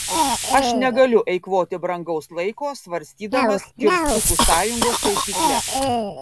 aš negaliu eikvoti brangaus laiko svarstydamas kirstukų sąjungos taisykles